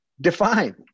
define